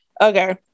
Okay